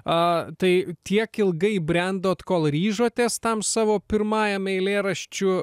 a tai tiek ilgai brendot kol ryžotės tam savo pirmajam eilėraščių